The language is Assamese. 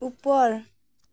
ওপৰ